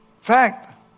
fact